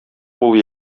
бул